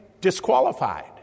disqualified